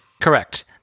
Correct